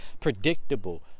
Predictable